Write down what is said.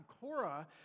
Cora